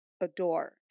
adore